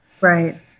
Right